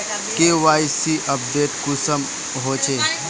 KYC update कुंसम होचे?